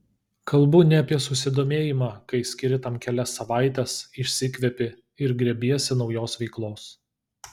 kalbu ne apie susidomėjimą kai skiri tam kelias savaites išsikvepi ir grėbiesi naujos veiklos